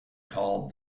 called